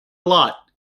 lot